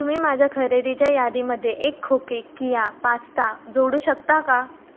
तुम्ही माझ्या खरेदीच्या यादीमध्ये एक खोके किया पास्ता जोडू शकता का